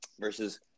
versus